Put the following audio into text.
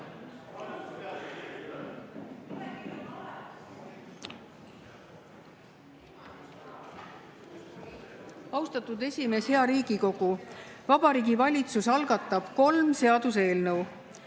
Vabariigi Valitsus algatab kolm seaduseelnõu.